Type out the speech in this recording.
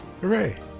Hooray